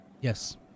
Yes